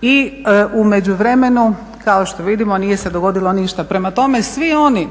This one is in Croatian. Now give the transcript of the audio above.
i u međuvremenu kao što vidimo nije se dogodilo ništa. Prema tome svi oni,